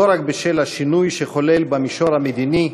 לא רק בשל השינוי שחולל במישור המדיני,